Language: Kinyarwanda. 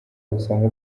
usanga